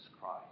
Christ